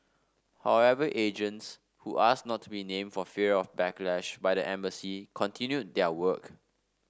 however agents who asked not to be named for fear of a backlash by the embassy continued their work